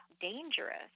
dangerous